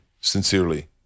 sincerely